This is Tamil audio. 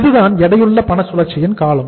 இதுதான் எடையுள்ள பண சுழற்சியின் காலம்